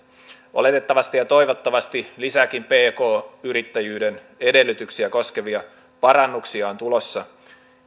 oletettavasti ja toivottavasti lisääkin pk yrittäjyyden edellytyksiä koskevia parannuksia on tulossa